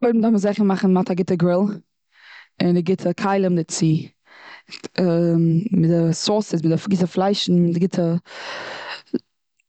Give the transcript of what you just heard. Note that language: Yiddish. קודם דארף מען זיכער מאכן מ'האט א גוטע גריל, און די גוטע כלים דערצו., מיט די סאוסעס און די גוטע פליישן און די גוטע,